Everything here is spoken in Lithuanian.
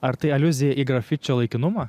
ar tai aliuzija į grafičio laikinumą